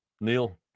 Neil